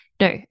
No